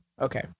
Okay